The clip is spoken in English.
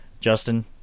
Justin